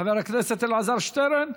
חבר הכנסת אלעזר שטרן,